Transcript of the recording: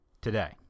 today